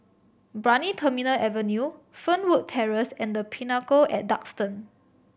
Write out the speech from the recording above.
Brani Terminal Avenue Fernwood Terrace and The Pinnacle at Duxton